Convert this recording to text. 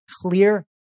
clear